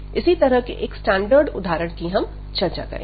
इसी तरह के एक स्टैंडर्ड उदाहरण कि हम चर्चा करेंगे